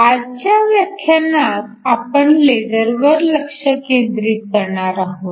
आजच्या व्याख्यानात आपण लेझरवर लक्ष केंद्रित करणार आहोत